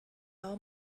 all